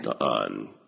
on